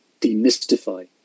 demystify